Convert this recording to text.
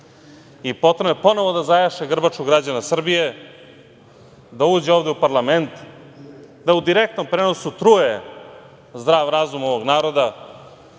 I potrebno je ponovo da zajaše grbaču građana Srbije, da uđe ovde u parlament, da u direktnom prenosu truje zdrav razum ovog naroda,